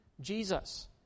Jesus